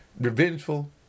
revengeful